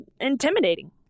intimidating